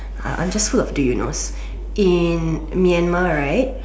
I am just full of do you knows in Myanmar right